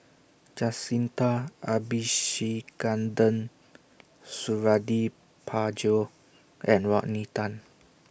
Jacintha Suradi Parjo and Rodney Tan